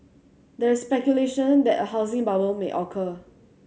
there is speculation that a housing bubble may occur